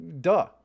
Duh